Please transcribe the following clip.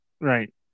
right